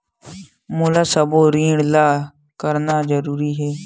मोला सबो ऋण ला करना जरूरी हे?